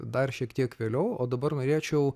dar šiek tiek vėliau o dabar norėčiau